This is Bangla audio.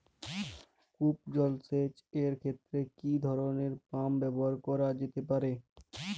কূপ জলসেচ এর ক্ষেত্রে কি ধরনের পাম্প ব্যবহার করা যেতে পারে?